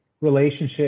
relationship